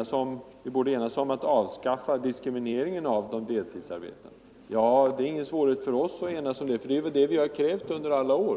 att vi borde enas om att avskaffa diskrimineringen av de deltidsarbetande. Ja, det är ingen svårighet för oss att vara med om att avskaffa den, eftersom det är vad vi har krävt under alla år!